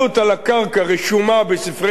רשומה בספרי האחוזה,